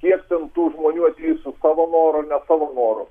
kiek ten tų žmonių atėjusių savo noru ar ne savo noru